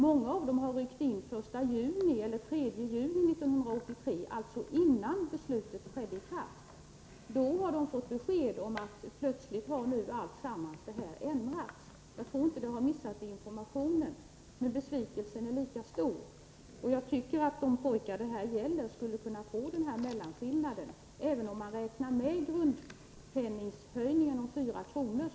Många värnpliktiga har också ryckt in den 1 eller den 3 juni 1983— alltså innan beslutet trätt i kraft. Sedan har de fått besked om att en förändring plötsligt har skett. Jag tror inte att det har missat beträffande informationen, men besvikelsen är lika stor för det, och jag tycker att de pojkar som det gäller borde kunna få denna mellanskillnad. Även om vi räknar med höjningen av grundpenningen på 4 kr.